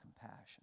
compassion